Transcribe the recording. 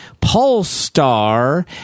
Polestar